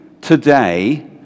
today